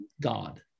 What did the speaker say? God